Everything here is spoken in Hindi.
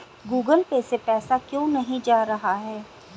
गूगल पे से पैसा क्यों नहीं जा रहा है?